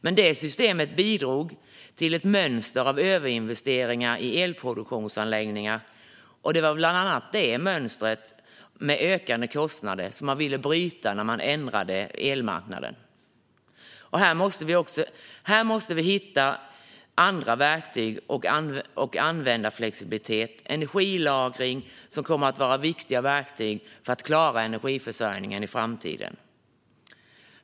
Men det systemet bidrog till ett mönster av överinvesteringar i elproduktionsanläggningar, och det var bland annat det mönstret med ökade kostnader som man ville bryta när man ändrade elmarknaden. Här måste vi hitta andra verktyg. Användarflexibilitet och energilagring kommer att vara viktiga verktyg för att klara energiförsörjningen i framtiden.